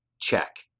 Check